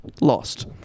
lost